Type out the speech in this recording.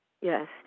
Yes